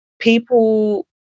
people